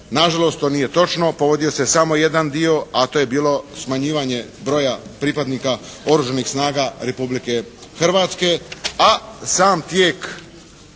Nažalost, to nije točno. Povodio se samo jedan dio a to je bilo smanjivanje broja pripadnika oružanih snaga Republike Hrvatske. A sam tijek